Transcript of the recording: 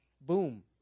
boom